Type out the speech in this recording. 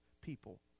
people